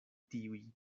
tiuj